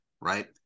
right